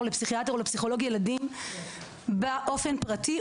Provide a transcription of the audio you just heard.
לפסיכיאטר או לפסיכולוג ילדים באופן פרטי,